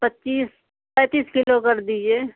वह पच्चीस पैंतीस किलो कर दीजिए